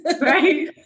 Right